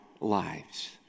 lives